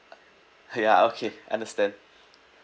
ya okay understand